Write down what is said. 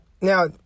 Now